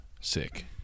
sick